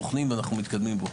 בוחנים ואנחנו מתקדמים בו,